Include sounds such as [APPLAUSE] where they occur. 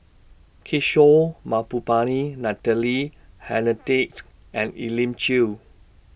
Kishore Mahbubani Natalie [UNINTELLIGIBLE] and Elim Chew